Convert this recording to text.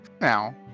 Now